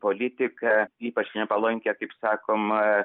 politiką ypač nepalankią kaip sakoma